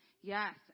Yes